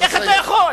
איך אתה יכול?